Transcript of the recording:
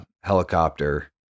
helicopter